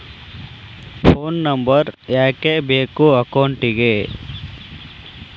Phone number ಯಾಕೆ ಬೇಕು ಅಕೌಂಟಿಗೆ?